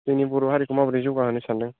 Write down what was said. जोंनि बर' हारिखौ माबोरै जौगाहोनो सानदों